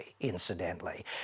incidentally